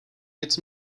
its